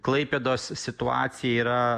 klaipėdos situacija yra